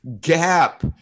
gap